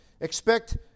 Expect